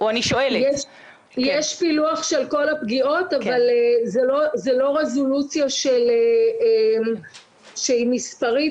יש פילוח של כל הפגיעות אבל זה לא רזולוציה שהיא מספרית,